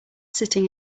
sitting